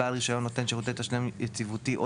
בעל רישיון נותן שירותי תשלום יציבותי או